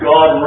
God